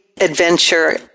adventure